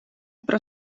про